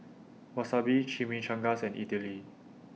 Wasabi Chimichangas and Idili